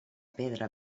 pedra